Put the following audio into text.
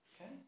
okay